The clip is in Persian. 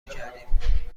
کردیم